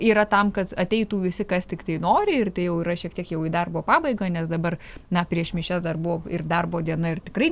yra tam kad ateitų visi kas tiktai nori ir tai jau yra šiek tiek jau į darbo pabaigą nes dabar na prieš mišias dar buvo ir darbo diena ir tikrai